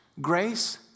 Grace